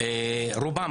דיברנו עם רובם,